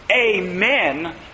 Amen